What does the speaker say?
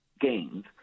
gains